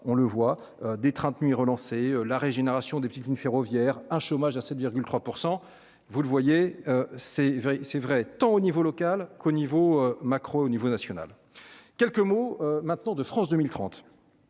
on le voit des trains de nuit, relancer la régénération des petites lignes ferroviaires, un chômage à 7,3 % vous le voyez, c'est vrai, c'est vrai, tant au niveau local qu'au niveau macro-au niveau national, quelques mots maintenant de France 2030,